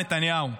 נתניהו.